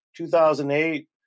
2008